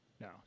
No